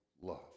love